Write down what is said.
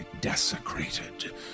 desecrated